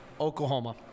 Oklahoma